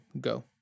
Go